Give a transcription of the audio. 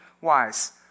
wise